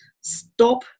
Stop